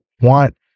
want